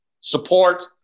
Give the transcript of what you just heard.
support